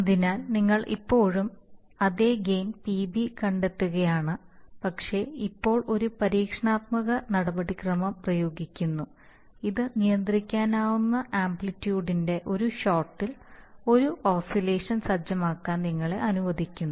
അതിനാൽ നിങ്ങൾ ഇപ്പോഴും അതേ ഗെയിൻ PB കണ്ടെത്തുകയാണ് പക്ഷേ ഇപ്പോൾ ഒരു പരീക്ഷണാത്മക നടപടിക്രമം ഉപയോഗിക്കുന്നു ഇത് നിയന്ത്രിക്കാവുന്ന ആംപ്ലിറ്റ്യൂഡിന്റെ ഒരു ഷോട്ടിൽ ഒരു ഓസിലേഷൻ സജ്ജമാക്കാൻ നിങ്ങളെ അനുവദിക്കുന്നു